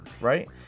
right